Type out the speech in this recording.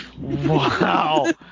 wow